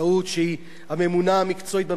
שהיא הממונה המקצועית בממשלה,